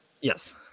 Yes